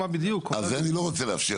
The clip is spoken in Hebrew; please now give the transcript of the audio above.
זה אני לא רוצה לאפשר.